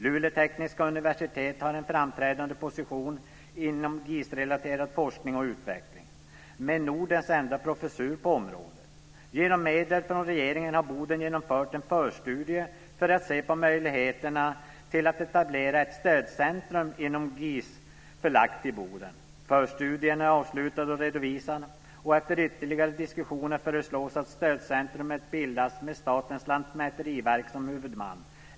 Luleå tekniska universitet har en framträdande position inom GIS-relaterad forskning och utveckling med Nordens enda professur på området. Genom medel från regeringen har Boden genomfört en förstudie för att se på möjligheterna att etablera ett stödcentrum inom GIS förlagt till Boden. Förstudierna är avslutade och redovisade, och efter ytterligare diskussioner föreslås att stödcentrumet bildas med Statens lantmäteriverk som huvudman.